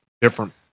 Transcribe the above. different